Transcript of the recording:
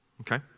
Okay